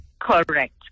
Correct